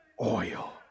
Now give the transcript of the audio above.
oil